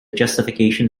justification